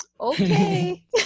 okay